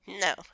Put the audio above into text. no